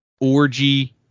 Orgy